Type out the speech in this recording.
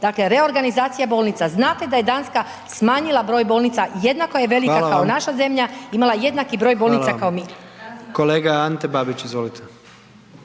Dakle reorganizacija bolnica, znate da je Danska smanjila broj bolnica, jednako je velika kao naša zemlja, imala jednaki broj bolnica kao mi. **Jandroković, Gordan